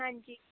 ਹਾਂਜੀ